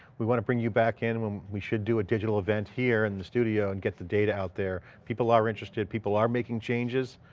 we want to bring you back in when should do a digital event here in the studio and get the data out there. people are interested. people are making changes.